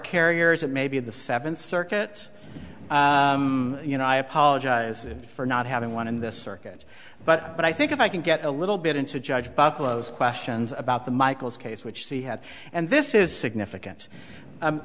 carriers and maybe the seventh circuit you know i apologize for not having one in this circuit but i think i can get a little bit into judge buffalo's questions about the michael's case which he had and this is significant